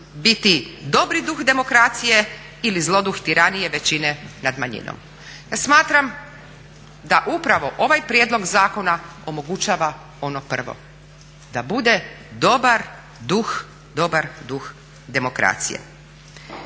biti dobri duh demokracije ili zloduh tiranije većine nad manjinom. Ja smatram da upravo ovaj prijedlog zakona omogućava ono prvo, da bude dobar duh, dobar duh demokracije.